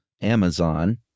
Amazon